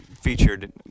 featured